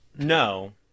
no